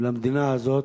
למדינה הזאת,